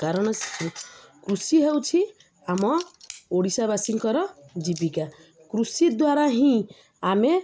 କାରଣ କୃଷି ହେଉଛି ଆମ ଓଡ଼ିଶାବାସୀଙ୍କର ଜୀବିକା କୃଷି ଦ୍ୱାରା ହିଁ ଆମେ